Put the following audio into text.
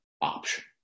option